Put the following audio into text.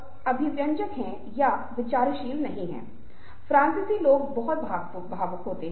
इसलिए यह देखने का एक हास्य तरीका है कि बातचीत विभिन्न संस्कृतियों में भी होती है